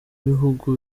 bihugu